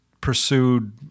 pursued